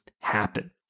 happen